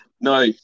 No